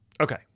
Okay